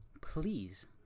Please